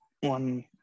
one